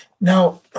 Now